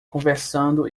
conversando